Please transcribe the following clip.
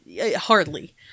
hardly